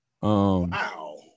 Wow